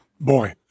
boy